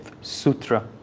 Sutra